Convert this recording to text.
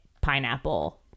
pineapple